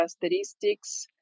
characteristics